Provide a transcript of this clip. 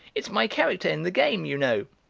it's my character in the game, you know.